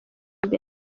mbere